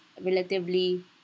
relatively